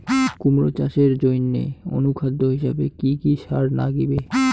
কুমড়া চাষের জইন্যে অনুখাদ্য হিসাবে কি কি সার লাগিবে?